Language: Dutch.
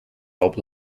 loopt